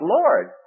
Lord